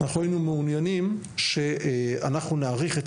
אנחנו היינו מעוניינים שאנחנו נאריך את